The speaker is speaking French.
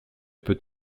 peut